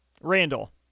Randall